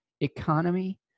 economy